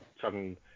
sudden